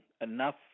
enough